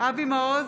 אבי מעוז,